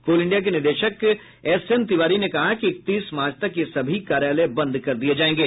कोल India के निदेशक SM Tiwari ने कहा कि इकतीस मार्च तक ये सभी कार्यालय बंद कर दिये जायेंगे